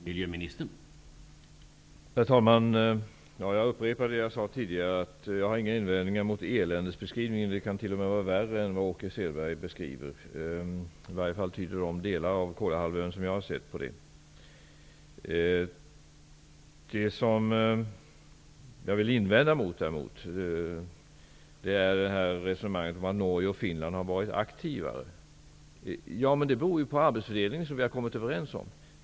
Herr talman! Jag upprepar det jag sade tidigare. Jag har inga invändningar mot eländesbeskrivningen. Det kan t.o.m. vara värre än vad Åke Selberg beskriver. Det tyder i varje fall situationen i de delar av Kolahalvön som jag har sett på. Vad jag däremot vill invända mot är resonemanget att Norge och Finland har varit mer aktiva. Det beror på den arbetsfördelning som vi har kommit överens om.